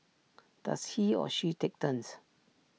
does he or she take turns